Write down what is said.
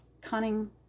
cunning